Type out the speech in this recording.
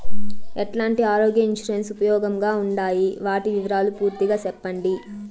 ఎట్లాంటి ఆరోగ్య ఇన్సూరెన్సు ఉపయోగం గా ఉండాయి వాటి వివరాలు పూర్తిగా సెప్పండి?